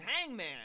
Hangman